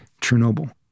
Chernobyl